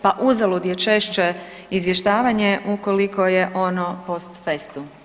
Pa uzalud je češće izvještavanje, ukoliko je ono post festum.